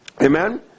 Amen